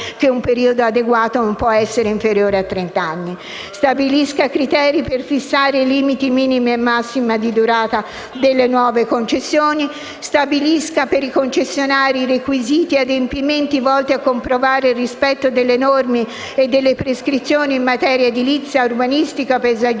stabilisca i criteri per fissare i limiti minimi e massimi di durata delle nuove concessioni e stabilisca per i concessionari requisiti e adempimenti volti a comprovare il rispetto delle norme e delle prescrizioni in materia edilizia, urbanistica, paesaggistica,